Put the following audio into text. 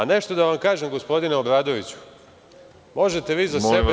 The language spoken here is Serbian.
Nešto da vam kažem, gospodine Obradoviću, možete vi za sebe…